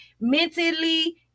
Mentally